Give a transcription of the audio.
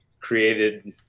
created